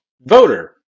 voter